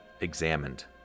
examined